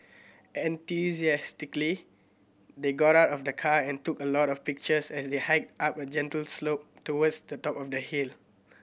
enthusiastically they got out of the car and took a lot of pictures as they hiked up a gentle slope towards the top of the hill